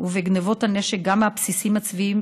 ובגנבות הנשק גם מהבסיסים הצבאיים,